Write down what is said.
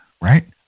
right